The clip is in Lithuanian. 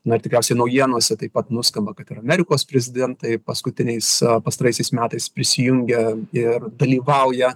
na ir tikriausiai naujienose taip pat nuskamba kad ir amerikos prezidentai paskutiniais pastaraisiais metais prisijungia ir dalyvauja